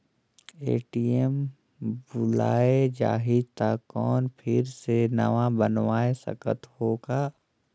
ATM भुलाये जाही तो कौन फिर से नवा बनवाय सकत हो का?